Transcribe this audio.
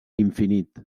infinit